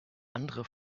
andere